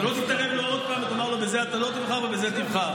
אתה לא תתערב לו עוד פעם ותאמר לו: בזה אתה לא תבחר ובזה תבחר.